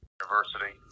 University